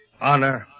honor